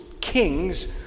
kings